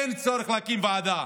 אין צורך להקים ועדה.